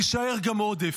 יישאר גם עודף.